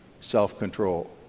self-control